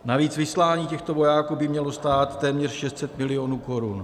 Navíc vyslání těchto vojáků by mělo stát téměř 600 milionů korun.